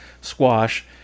squash